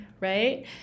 Right